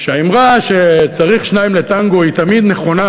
שהאמרה ש"צריך שניים לטנגו" היא תמיד נכונה,